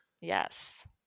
Yes